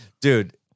dude